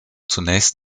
zunächst